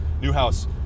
Newhouse